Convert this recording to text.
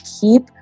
keep